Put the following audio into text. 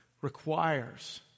requires